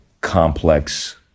complex